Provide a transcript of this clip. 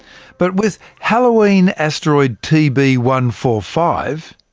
but with halloween asteroid t b one four five,